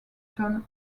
john